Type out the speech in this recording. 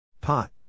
Pot